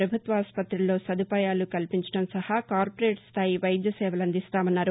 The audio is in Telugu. పభుత్వ ఆస్పతుల్లో సదుపాయాలు కల్పించడం సహా కార్పొరేట్ స్థాయి వైద్య సేవలు అందిస్తామన్నారు